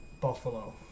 Buffalo